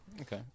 Okay